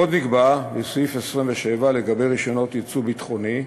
עוד נקבע, בסעיף 27, לגבי רישיונות ייצוא ביטחוני,